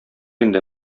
инде